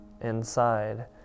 inside